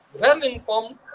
well-informed